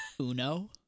Uno